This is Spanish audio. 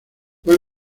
fue